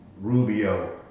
Rubio